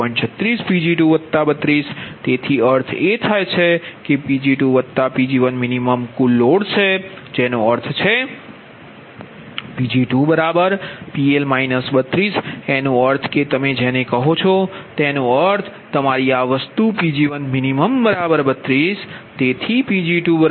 36 Pg2 32 તેથી અર્થ એ થાય કે Pg2 Pg1min કુલ લોડ છે જેનો અર્થ છે Pg2PL 32એનો અર્થ કે તમે જેને કહો છો તેનો અર્થ એ કે તમારી આ વસ્તુ Pg1min 32